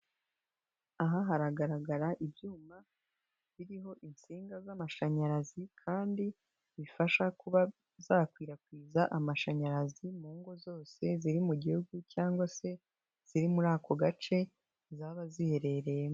Aha hagaragara ibyuma biriho insinga z'amashanyarazi kandi bifasha kuba zakwirakwiza amashanyarazi mu ngo zose ziri mu gihugu cyangwa se ziri muri ako gace zaba ziherereyemo.